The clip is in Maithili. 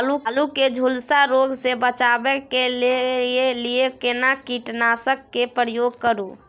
आलू के झुलसा रोग से बचाबै के लिए केना कीटनासक के प्रयोग करू